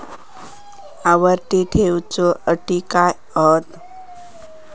आवर्ती ठेव च्यो अटी काय हत?